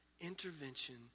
intervention